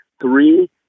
three